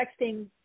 texting